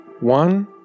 One